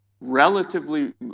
relatively